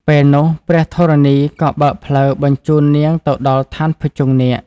ពេលនោះ ព្រះធរណីក៏បើកផ្លូវបញ្ជូននាងទៅដល់ឋានភុជង្គនាគ។